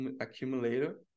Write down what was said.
accumulator